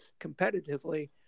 competitively